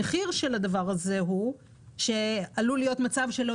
המחיר של הדבר הזה הוא שעלול להיות מצב שלא